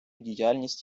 діяльність